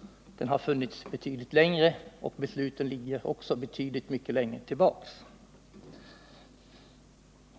Allt detta har funnits betydligt längre, och besluten ligger också betydligt mycket längre tillbaka.